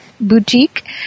boutique